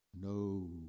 No